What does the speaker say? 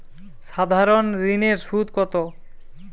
সাধারণ ঋণের সুদ কত?